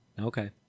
okay